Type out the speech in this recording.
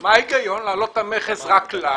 מה ההיגיון להעלות את המכס רק לנו?